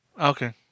Okay